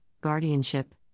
guardianship